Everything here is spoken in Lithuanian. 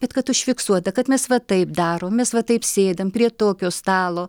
bet kad užfiksuota kad mes va taip darom mes va taip sėdam prie tokio stalo